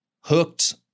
hooked